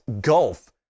gulf